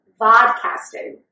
vodcasting